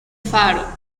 faro